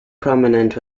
prominent